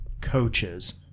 coaches